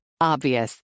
Obvious